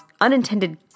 unintended